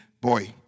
boy